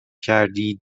کردید